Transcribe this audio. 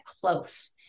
close